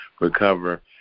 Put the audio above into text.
recover